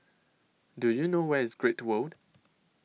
Do YOU know Where IS Great World